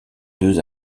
deux